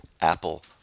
Apple